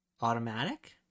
Automatic